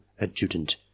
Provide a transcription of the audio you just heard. adjutant